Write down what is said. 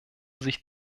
sich